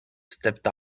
stepped